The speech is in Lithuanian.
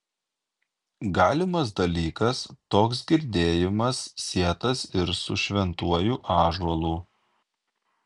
galimas dalykas toks girdėjimas sietas ir su šventuoju ąžuolu